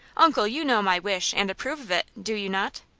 uncle, you know my wish, and approve of it, do you not?